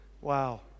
Wow